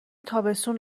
تابستون